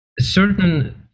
certain